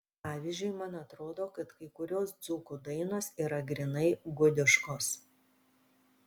pavyzdžiui man atrodo kad kai kurios dzūkų dainos yra grynai gudiškos